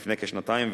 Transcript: לפני כשנתיים,